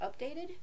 updated